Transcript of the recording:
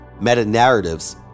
meta-narratives